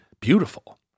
beautiful